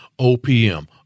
OPM